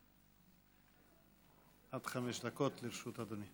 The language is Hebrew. עד חמש דקות לרשותך.